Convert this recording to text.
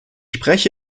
spreche